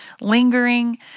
lingering